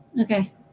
Okay